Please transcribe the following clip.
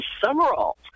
Summerall